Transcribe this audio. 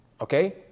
okay